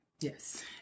Yes